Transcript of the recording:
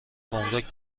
گمرک